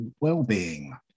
well-being